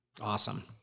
Awesome